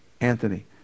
Anthony